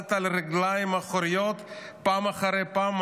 עמדת על הרגליים האחוריות פעם אחרי פעם,